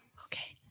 okay.